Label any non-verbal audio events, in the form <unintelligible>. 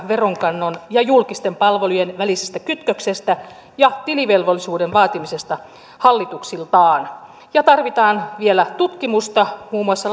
veronkannon ja julkisten palvelujen välisestä kytköksestä ja tilivelvollisuuden vaatimisesta hallituksiltaan ja tarvitaan vielä tutkimusta muun muassa <unintelligible>